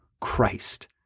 Christ